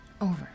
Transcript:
Over